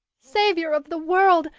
saviour of the world!